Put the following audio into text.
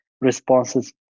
responses